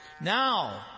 Now